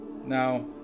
Now